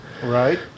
Right